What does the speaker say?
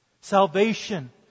Salvation